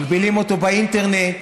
מגבילים אותו באינטרנט,